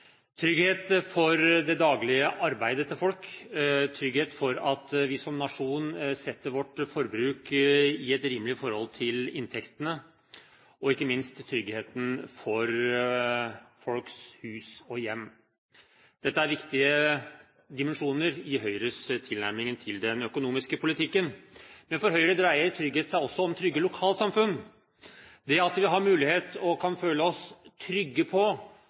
trygghet: trygghet for det daglige arbeidet til folk, trygghet for at vi som nasjon setter vårt forbruk i et rimelig forhold til inntektene, og ikke minst tryggheten for folks hus og hjem. Dette er viktige dimensjoner i Høyres tilnærming til den økonomiske politikken. Men for Høyre dreier trygghet seg også om trygge lokalsamfunn, det at vi har mulighet og kan føle oss trygge på